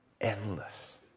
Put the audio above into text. Endless